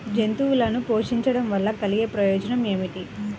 జంతువులను పోషించడం వల్ల కలిగే ప్రయోజనం ఏమిటీ?